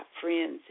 friends